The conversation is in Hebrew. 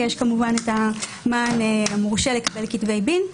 יש כמובן את המען המורשה לקבל כתבי דין.